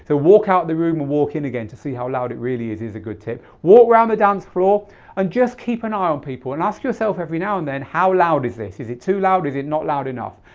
walk out the room and walk in again to see how loud it really is is a good tip. walk around the dancefloor and just keep an eye on people and ask yourself every now and then, how loud is this? is it too loud, is it not loud enough?